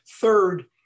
Third